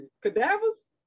Cadavers